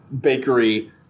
bakery